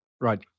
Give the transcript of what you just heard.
Right